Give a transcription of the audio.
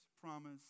promise